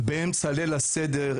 באמצע ליל הסדר,